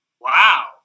Wow